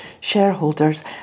shareholders